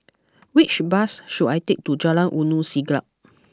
which bus should I take to Jalan Ulu Siglap